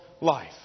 life